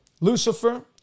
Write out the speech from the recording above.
Lucifer